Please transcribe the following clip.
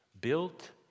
built